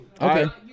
Okay